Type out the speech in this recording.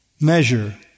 measure